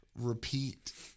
Repeat